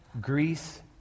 Greece